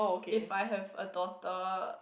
if I have a daughter